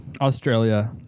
Australia